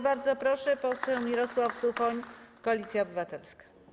Bardzo proszę, poseł Mirosław Suchoń, Koalicja Obywatelska.